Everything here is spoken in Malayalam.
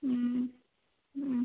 മ് മ്